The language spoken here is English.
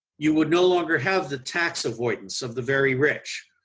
you would no longer have the tax avoidance of the very rich.